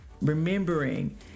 remembering